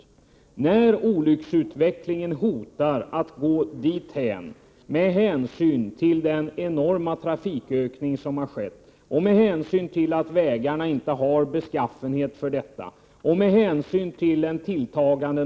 Med en hotande olycksutveckling, med den enorma trafikökning som har skett, med vägar som inte har beskaffenhet för detta, med en tilltagande nonchalans hos trafikanterna — Prot.